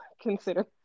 consider